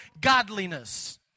godliness